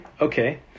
okay